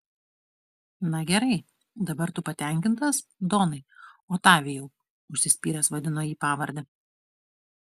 na gerai dabar tu patenkintas donai otavijau užsispyręs vadino jį pavarde